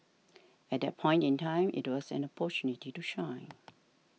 at that point in time it was an opportunity to shine